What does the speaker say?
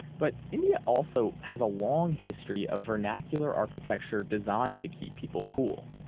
but india also has a long history of vernacular architecture designed to keep people cool,